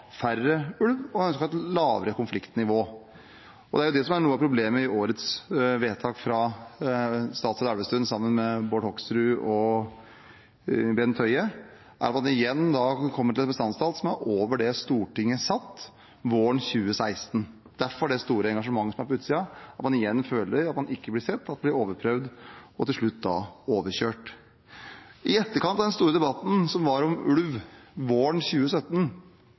færre ulv og ønsket et lavere konfliktnivå. Det som er noe av problemet i årets vedtak fra statsråd Elvestuen sammen med Bård Hoksrud og Bent Høie, er at man igjen kommer til et bestandstall som er over det Stortinget satte våren 2016 – derfor det store engasjementet som er på utsiden, man føler igjen at man ikke blir sett, at man blir overprøvd og til slutt overkjørt. Det var en stor debatt om ulv våren 2017,